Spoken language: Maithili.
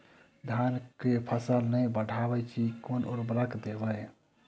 धान कऽ फसल नै बढ़य छै केँ उर्वरक देबै?